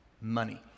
money